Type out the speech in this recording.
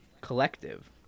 Collective